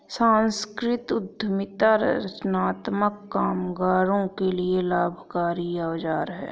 संस्कृति उद्यमिता रचनात्मक कामगारों के लिए लाभकारी औजार है